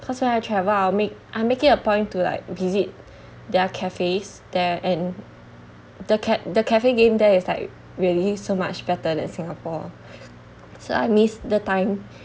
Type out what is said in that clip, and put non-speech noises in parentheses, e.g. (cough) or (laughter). cause when I travel I'll make I make it a point to like visit their cafes there and the cat~ the cafe game there is like really so much better than singapore so I miss the time (breath)